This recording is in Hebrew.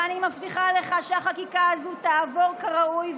ואני מבטיחה לך שהחקיקה הזו תעבור כראוי,